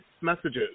messages